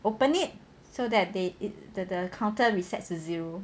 open it so that they it the the counter reset to zero